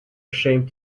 ashamed